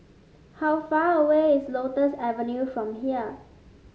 how far away is Lotus Avenue from here